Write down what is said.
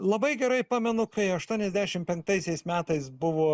labai gerai pamenu kai aštuoniasdešim penktaisiais metais buvo